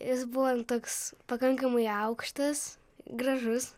jis buvo n toks pakankamai aukštas gražus